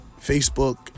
Facebook